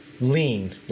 lean